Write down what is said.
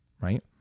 right